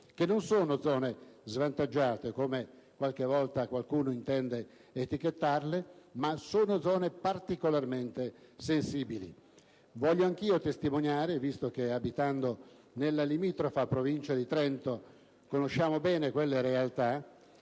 che non sono zone svantaggiate, come qualche volta qualcuno intende etichettarle, ma zone particolarmente sensibili. Voglio anch'io testimoniare, visto che abitando nella limitrofa Provincia di Trento conosco bene quelle realtà,